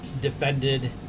defended